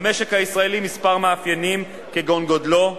למשק הישראלי מספר מאפיינים, כגון גודלו,